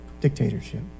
dictatorship